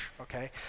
okay